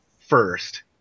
first